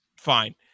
Fine